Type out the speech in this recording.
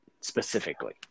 specifically